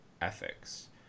ethics